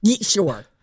Sure